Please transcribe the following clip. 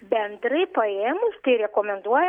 bendrai paėmus tai rekomenduoja